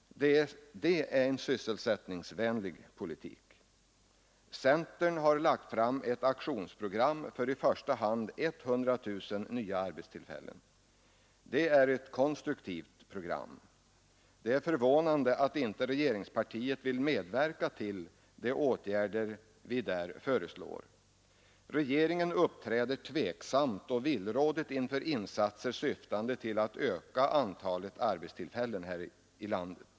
Det är en sysselsättningsvänlig politik. Centern har lagt fram ett aktionsprogram för i första hand 100 000 nya arbetstillfällen. Det är ett konstruktivt program. Det är förvånande att inte regeringspartiet vill medverka till de åtgärder vi där föreslår. Regeringen uppträder tveksamt och villrådigt inför insatser syftande till att öka antalet arbetstillfällen här i landet.